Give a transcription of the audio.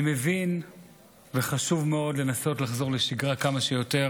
אני מבין שחשוב מאוד לנסות לחזור לשגרה כמה שיותר.